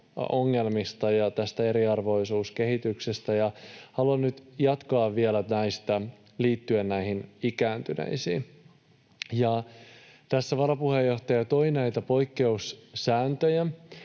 ongelmista ja tästä eriarvoisuuskehityksestä, ja haluan nyt jatkaa vielä liittyen ikääntyneisiin. Tässä varapuheenjohtaja toi näitä poikkeussääntöjä,